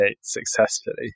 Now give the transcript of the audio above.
successfully